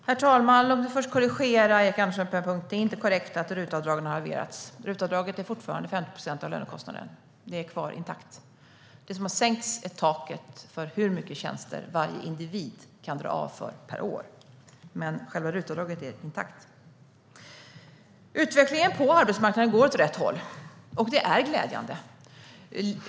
Herr talman! Låt mig först korrigera Erik Andersson på en punkt. Det är inte korrekt att RUT-avdraget har halverats. RUT-avdraget är fortfarande 50 procent av lönekostnaden. Det är kvar och intakt. Det som har sänkts är taket för hur mycket tjänster varje individ kan dra av för per år. Men själva RUT-avdraget är intakt. Utvecklingen på arbetsmarknaden går åt rätt håll, och det är glädjande.